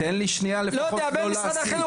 לא יודע בין משרד החינוך,